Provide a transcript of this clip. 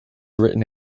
written